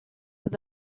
with